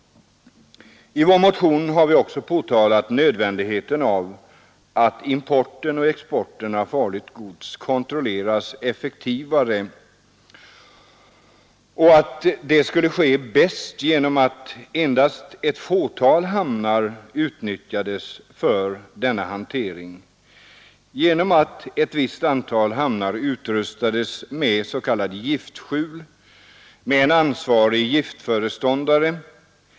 I vår motion har vi också påtalat nödvändigheten av att importen och exporten av farligt gods kontrolleras effektivare. Det skulle bäst ske genom att endast ett fåtal hamnar utnyttjades för denna hantering och genom att ett visst antal hamnar utrustades med s.k. giftskjul med en ansvarig giftföreståndare.